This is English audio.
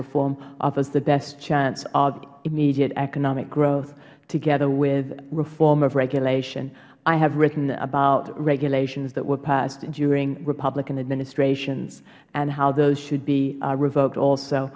reform is the best chance of immediate economic growth together with reform of regulation i have written about regulations that were passed during republican administrations and how those should be revoked also